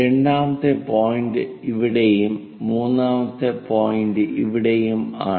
രണ്ടാമത്തെ പോയിന്റ് ഇവിടെയും മൂന്നാമത്തെ പോയിന്റ് ഇവിടെയും ആണ്